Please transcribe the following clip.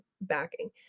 backing